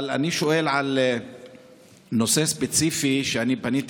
אבל אני שואל על נושא ספציפי שבו פניתי